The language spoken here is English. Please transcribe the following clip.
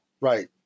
Right